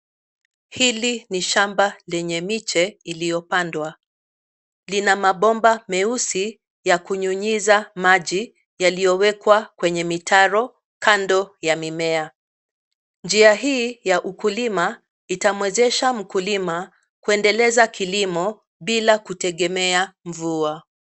Hili ni shamba lenye miche iliyopandwa. Lina mabomba meusi ya kunyunyiza maji yaliyowekwa kwenye mitaro kando ya mimea. Njia hii ya ukulima itamwezesha mkulima kuendeleza kilimo bila kutegemea mvua.